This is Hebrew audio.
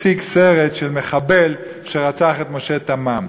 אני מציע, חברי החרדים,